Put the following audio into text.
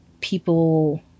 people